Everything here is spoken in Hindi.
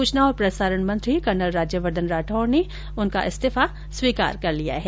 सूचना और प्रसारण मंत्री कर्नल राज्यवर्धन राठौड़ ने उनका त्यागपत्र स्वीकार कर लिया है